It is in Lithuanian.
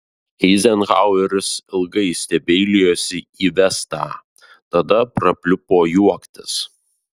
eizenhaueris ilgai stebeilijosi į vestą tada prapliupo juoktis